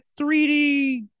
3D